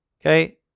Okay